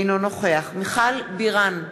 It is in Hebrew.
אינו נוכח מיכל בירן,